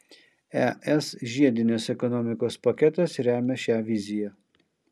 es žiedinės ekonomikos paketas remia šią viziją